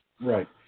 Right